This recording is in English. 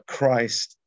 Christ